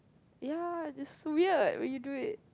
ya it is weird when you do it